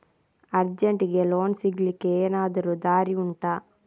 ಅರ್ಜೆಂಟ್ಗೆ ಲೋನ್ ಸಿಗ್ಲಿಕ್ಕೆ ಎನಾದರೂ ದಾರಿ ಉಂಟಾ